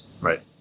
right